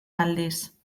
aldiz